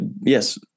yes